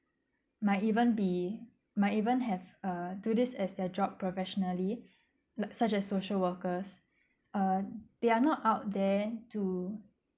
might even be might even have uh do this as their job professionally like such as social workers uh they're not out there to